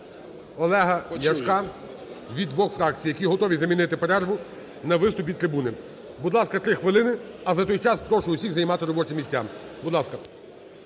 Олега Ляшка від двох фракцій, які готові замінити перерву на виступ від трибуни. Будь ласка, 3 хвилини. А за той час прошу усіх займати робочі місця. Будь ласка.